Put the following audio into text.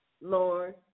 Lord